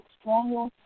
stronger